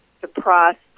depressed